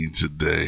today